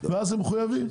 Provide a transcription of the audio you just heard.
ואז הם מחויבים,